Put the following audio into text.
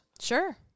Sure